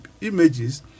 images